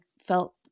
felt